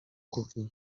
kuchni